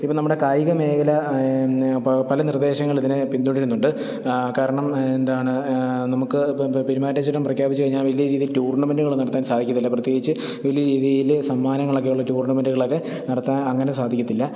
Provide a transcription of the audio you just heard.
ഇപ്പം നമ്മുടെ കായിക മേഖല പല നിർദേശങ്ങളിതിനെ പിന്തുടരുന്നുണ്ട് കാരണം എന്താണ് നമുക്ക് പെരുമാറ്റച്ചട്ടം പ്രഖ്യാപിച്ചുകഴിഞ്ഞ വലിയ രീതിയിൽ ടൂർണമെൻറ്റുകളൊന്നും നടത്താൻ സാധിക്കത്തില്ല പ്രത്യേകിച്ച് വലിയരീതിയില് സമ്മാനങ്ങളൊക്കെയുള്ള ടൂര്ണമെൻറ്റുകളൊക്കെ നടത്താനങ്ങനെ സാധിക്കത്തില്ല